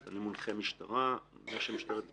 אני מציע לעצמנו להיות נאמנים לנו ככנסת,